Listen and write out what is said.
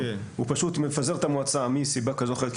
הוא פשוט מפזר את המועצה מסיבה כזו או אחרת,